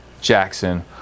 Jackson